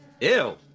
Ew